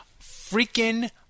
freaking